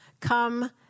come